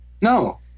No